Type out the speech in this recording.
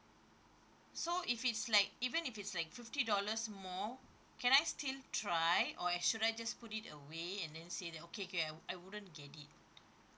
so if it's like even if it's like fifty dollars more can I still try or at should I just put it away and then say that okay okay I wouldn't get it